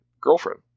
girlfriend